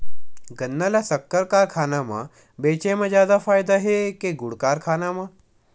गन्ना ल शक्कर कारखाना म बेचे म जादा फ़ायदा हे के गुण कारखाना म?